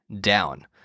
down